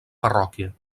parròquia